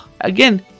again